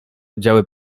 oddziały